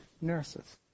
nurses